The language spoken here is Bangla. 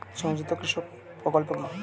সংযুক্ত কৃষক প্রকল্প কি?